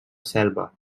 selva